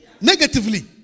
Negatively